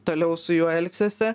toliau su juo elgsiuosi